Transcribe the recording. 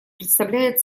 представляет